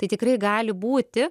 tai tikrai gali būti